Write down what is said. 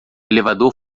elevador